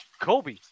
Kobe